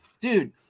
Dude